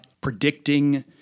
predicting